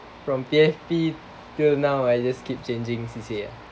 from P_F_P till now I just keep changing C_C_A